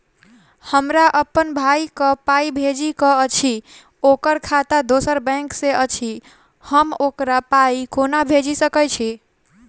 हमरा अप्पन भाई कऽ पाई भेजि कऽ अछि, ओकर खाता दोसर बैंक मे अछि, हम ओकरा पाई कोना भेजि सकय छी?